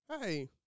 Hey